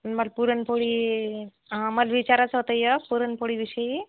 मला पुरणपोळी मला विचारायचं होतं एक पुरणपोळीविषयी